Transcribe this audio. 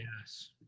Yes